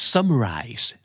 Summarize